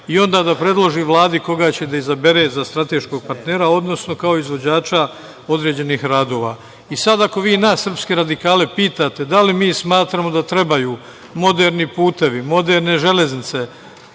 i onda da predloži Vladi koga će da izabere za strateškog partnera, odnosno kao izvođača određenih radova. Sada ako vi nas, srpske radikale, pitate da li mi smatramo da trebaju moderni putevi, moderne železnice,